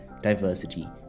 diversity